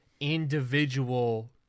individual